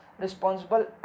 responsible